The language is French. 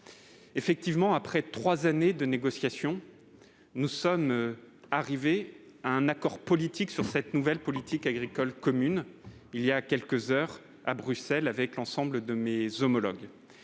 effectivement, après trois années de négociations, nous sommes arrivés à un accord politique sur cette nouvelle politique agricole commune, voilà quelques heures, à Bruxelles, avec l'ensemble de mes homologues.